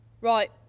Right